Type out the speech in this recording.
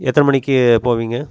எத்தனை மணிக்கு போவீங்க